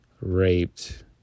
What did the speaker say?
raped